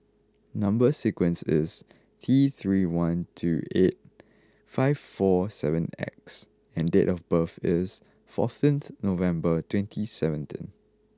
number sequence is T three one two eight five four seven X and date of birth is fourteenth November twenty seventeen